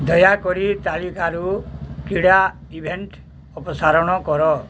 ଦୟାକରି ତାଲିକାରୁ କ୍ରୀଡ଼ା ଇଭେଣ୍ଟ ଅପସାରଣ କର